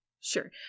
Sure